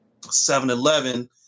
7-Eleven